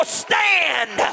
stand